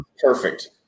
Perfect